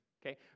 Okay